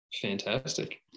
Fantastic